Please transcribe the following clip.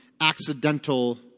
accidental